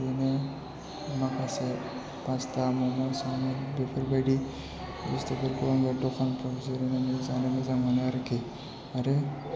बेनो माखासे पास्टा म'म' सावमिन बेफोरबायदि बुस्थुफोरखौ आङो दखानफ्राव जिरायनानै जानो मोजां मोनो आरोखि आरो